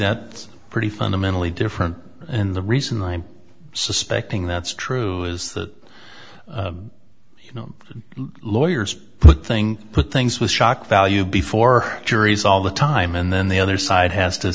it's pretty fundamentally different in the reason i'm suspecting that's true is that you know lawyers put thing put things with shock value before juries all the time and then the other side has to